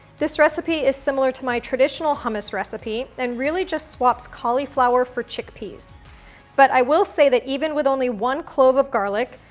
this recipe is similar to my traditional hummus recipe and really just swaps cauliflower for chickpeas but i will say that even with only one clove of garlic,